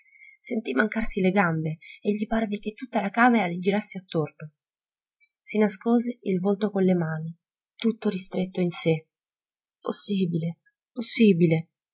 verona sentì mancarsi le gambe e gli parve che tutta la camera gli girasse attorno si nascose il volto con le mani tutto ristretto in sé possibile possibile